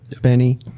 Benny